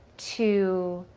two,